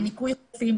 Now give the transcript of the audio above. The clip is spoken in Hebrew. לניקוי החופים,